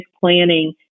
planning